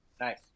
Nice